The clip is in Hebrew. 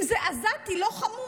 אם זה עזתי לא חמוש,